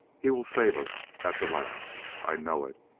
he will save us at the last i know it!